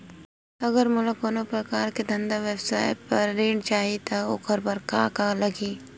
अगर मोला कोनो प्रकार के धंधा व्यवसाय पर ऋण चाही रहि त ओखर बर का का लगही?